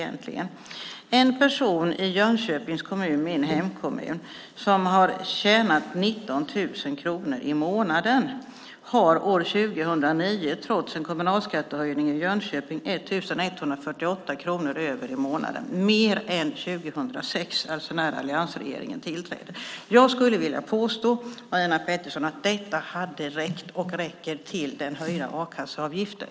En person i Jönköpings kommun, min hemkommun, som tjänar 19 000 kronor i månaden har år 2009 trots kommunalskattehöjningen i Jönköping ändå 1 148 kronor mer över i månaden än år 2006, när alliansregeringen tillträdde. Jag skulle vilja påstå, Marina Pettersson, att detta hade räckt och räcker till den höjda a-kasseavgiften.